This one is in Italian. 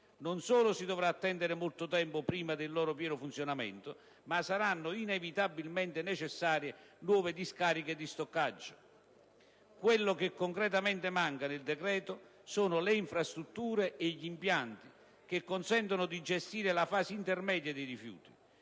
non solo si dovrà attendere molto tempo prima del loro pieno funzionamento, ma saranno inevitabilmente necessarie nuove discariche di stoccaggio. Quello che concretamente manca nel decreto sono le infrastrutture e gli impianti che consentano di gestire la fase intermedia dei rifiuti.